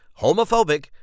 homophobic